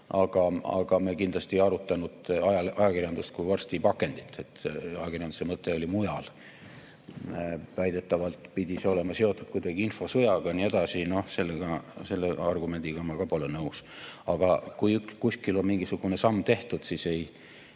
aga me kindlasti ei arutanud ajakirjandust kui vorstipakendit. Mõte oli mujal. Väidetavalt pidi see olema seotud kuidagi infosõjaga ja nii edasi. Selle argumendiga ma ka pole nõus. Aga kui kuskil on mingisugune samm tehtud, siis